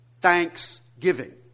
thanksgiving